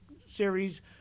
series